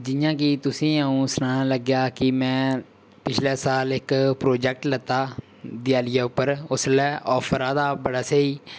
जि'यां कि तुसेंगी अ'ऊं सनान लग्गेआ कि मैं पिछले साल इक प्रोजेक्ट लैता देयालियै उप्पर उसलै आफर आए दा हा बड़ा स्हेई